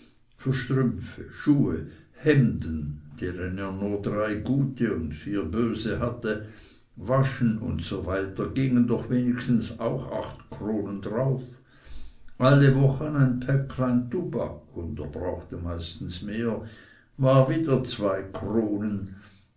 strümpfe schuhe hemden deren er nur drei gute und vier böse hatte waschen usw gingen doch wenigstens auch acht kronen darauf alle wochen ein päcklein tubak und er brauchte meistens mehr war wieder zwei kronen